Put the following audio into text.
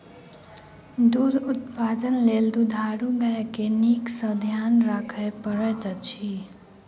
दूध उत्पादन लेल दुधारू गाय के नीक सॅ ध्यान राखय पड़ैत अछि